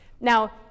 Now